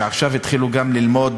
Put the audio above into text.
שעכשיו התחילו ללמוד